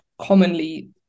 commonly